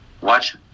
watch